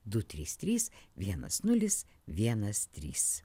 du trys trys vienas nulis vienas trys